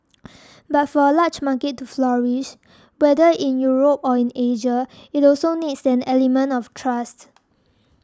but for a large market to flourish whether in Europe or in Asia it also needs an element of trust